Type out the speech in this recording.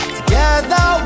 Together